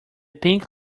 pink